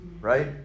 Right